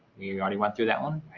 we already went through that one,